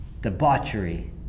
debauchery